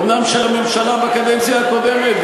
אומנם של הממשלה בקדנציה הקודמת.